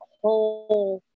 whole